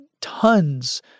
Tons